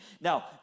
Now